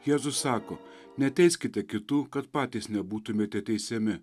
jėzus sako neteiskite kitų kad patys nebūtumėte teisiami